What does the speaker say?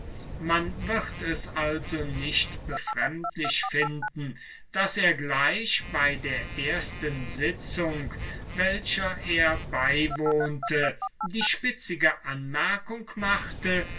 man wird es also nicht befremdlich finden daß er gleich bei der ersten sitzung der er beiwohnte die spitzige anmerkung machte